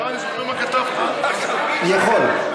בבקשה,